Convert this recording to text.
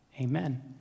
Amen